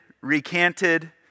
recanted